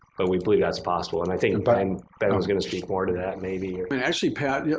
but we believe that's possible. and i think and but and beto is going to speak more to that maybe or and but actually, pat, yeah